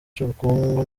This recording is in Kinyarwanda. cy’ubukungu